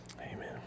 Amen